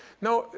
now,